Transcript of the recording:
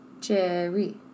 Jerry